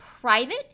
private